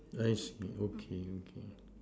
I see okay okay